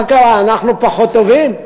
מה קרה, אנחנו פחות טובים?